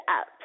up